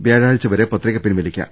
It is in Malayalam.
വ്യാഴാഴ്ച വരെ പത്രിക പിൻവലിക്കാം